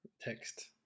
text